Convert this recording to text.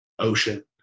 ocean